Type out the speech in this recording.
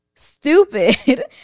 stupid